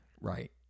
Right